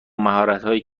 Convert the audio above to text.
مهارتهایی